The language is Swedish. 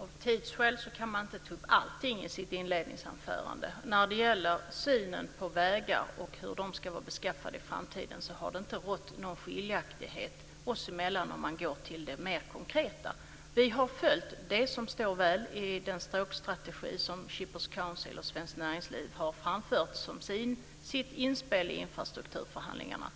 Av tidsskäl kan man inte ta upp allting i sitt inledningsanförande. När det gäller synen på vägar och hur de ska vara beskaffade i framtiden har det inte rått någon skiljaktighet oss emellan om man går till det mer konkreta. Vi har följt det som står i den stråkstrategi som Shippers Council och Svenskt Näringsliv har som sitt inspel i infrastrukturförhandlingarna.